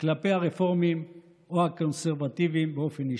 כלפי הרפורמים או הקונסרבטיבים, באופן אישי.